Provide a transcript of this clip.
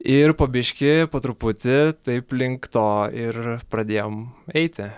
ir po biškį po truputį taip link to ir pradėjom eiti